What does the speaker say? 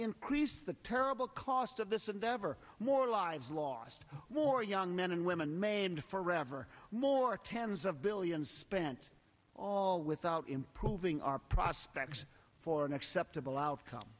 increase the terrible cost of this endeavor more lives lost war young men and women may end forever more tens of billions spent all without improving our prospects for an acceptable outcome